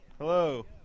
Hello